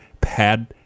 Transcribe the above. pad